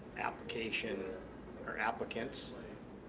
application or applicants.